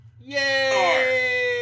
yay